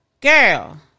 Girl